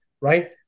right